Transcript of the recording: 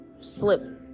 slip